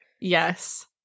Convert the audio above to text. Yes